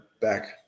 back